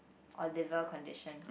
or liver condition